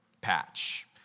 patch